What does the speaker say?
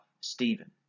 Stephen